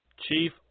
Chief